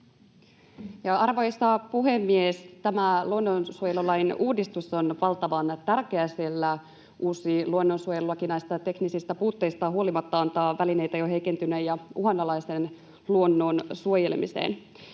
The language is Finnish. Arvoisa puhemies! Tämä luonnonsuojelulain uudistus on valtavan tärkeä, sillä uusi luonnonsuojelulaki teknisistä puutteistaan huolimatta antaa välineitä jo heikentyneen ja uhanalaisen luonnon suojelemiseen.